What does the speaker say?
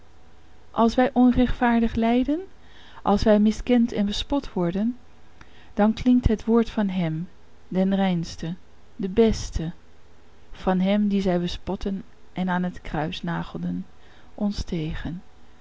als wij onrechtvaardig lijden als wij miskend en bespot worden dan klinkt het woord van hem den reinste den beste van hem dien zij bespotten en aan het kruis nagelden ons tegen